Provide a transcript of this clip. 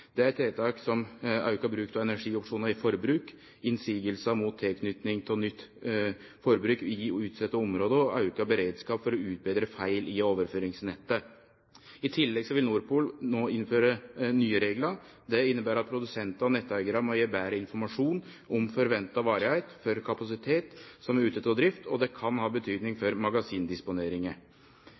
Det er tiltak som auka bruk av energiopsjonar i forbruk, innvendingar mot tilknyting av nytt forbruk i utsette område og auka beredskap for å utbetre feil i overføringsnettet. I tillegg vil NordPool no innføre nye reglar. Det inneber at produsentar og netteigarar må gje betre informasjon om forventa varigheit for kapasitet som er ute av drift, og dette kan ha betyding for